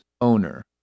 owner